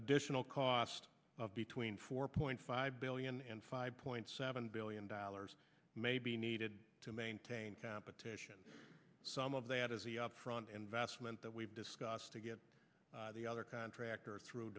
additional cost of between four point five billion and five point seven billion dollars may be needed to maintain competition some of that is the upfront investment that we've discussed to get the other contractor through